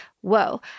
whoa